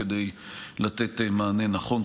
כדי לתת מענה נכון.